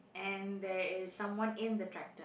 and there is someone in the tractor